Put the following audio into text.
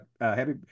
happy